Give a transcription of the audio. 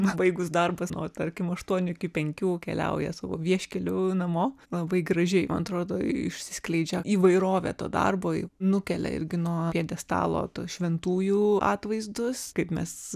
pabaigus darbus nuo tarkim aštuonių iki penkių keliauja savo vieškeliu namo labai gražiai man atrodo išsiskleidžia įvairovė to darbo nukelia irgi nuo pjedestalo tų šventųjų atvaizdus kaip mes